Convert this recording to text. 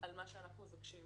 על מה שאנחנו מבקשים